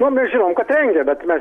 na mes žinom kad rengia bet mes